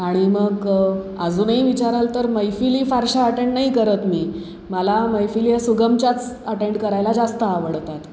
आणि मग अजूनही विचाराल तर मैफिली फारशा अटेंड नाही करत मी मला मैफिली या सुगमच्याच अटेंड करायला जास्त आवडतात